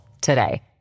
today